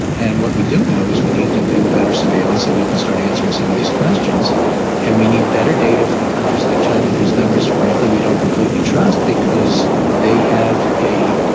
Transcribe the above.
and what we do know is we need to do better surveillance so we can start answering some of these questions and we need better data from countries like china whose numbers, frankly, we don't completely trust because they have a